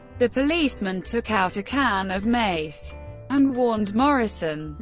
the policeman took out a can of mace and warned morrison,